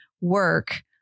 work